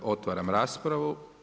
Otvaram raspravu.